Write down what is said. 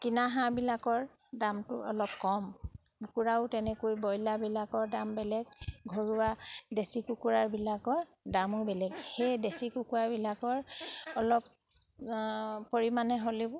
কিনা হাঁহবিলাকৰ দামটো অলপ কম কুকুৰাও তেনেকৈ ব্ৰইলাৰবিলাকৰ দাম বেলেগ ঘৰুৱা দেশী কুকুৰাৰবিলাকৰ দামো বেলেগ সেই দেশী কুকুৰাবিলাকৰ অলপ পৰিমাণে হ'লেও